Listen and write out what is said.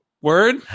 word